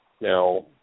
Now